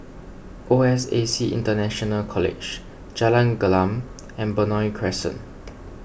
O S A C International College Jalan Gelam and Benoi Crescent